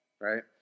right